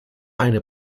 eine